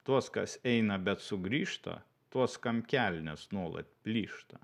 tuos kas eina bet sugrįžta tuos kam kelnės nuolat plyšta